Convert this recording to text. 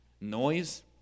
Noise